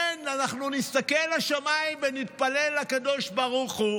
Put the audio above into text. כן, אנחנו נסתכל לשמיים ונתפלל לקדוש ברוך הוא.